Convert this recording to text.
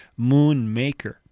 Moonmaker